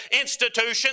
institution